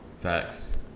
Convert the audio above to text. Facts